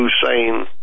Hussein